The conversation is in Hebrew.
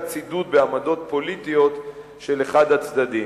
צידוד בעמדות פוליטיות של אחד הצדדים.